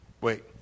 Wait